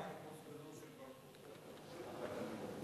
היה סגנו של בר-כוכבא,